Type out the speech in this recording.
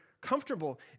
comfortable